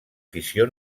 fissió